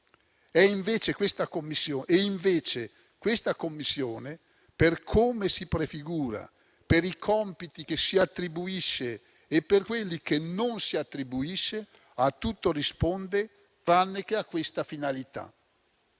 Invece, questa Commissione, per come si prefigura, per i compiti che si attribuisce e per quelli che non si attribuisce, a tutto risponde tranne che a questa finalità.